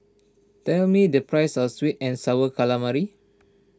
tell me the price of Sweet and Sour Calamari